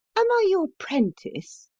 am i your prentice?